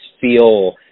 feel